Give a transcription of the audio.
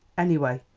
anyway,